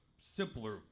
simpler